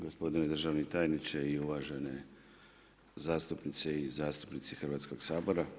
Gospodine državni tajniče i uvažene zastupnice i zastupnici Hrvatskog sabora.